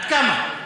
עד כמה?